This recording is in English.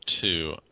two